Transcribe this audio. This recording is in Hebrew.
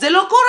זה לא קורה,